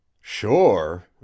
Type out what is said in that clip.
Sure